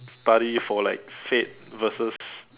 baddy for like fade versus